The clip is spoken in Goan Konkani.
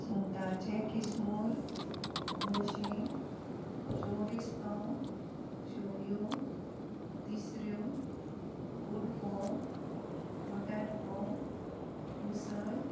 सुंगटाचे किसमूर गुडशी चोरीसपाव शेवयो तिसऱ्यो गोड फोव बटाट फोव उसळ